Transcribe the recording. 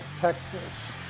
Texas